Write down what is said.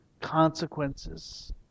consequences